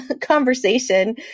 conversation